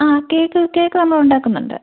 ആ cake cake നമ്മൾ ഉണ്ടാക്കുന്നുണ്ട്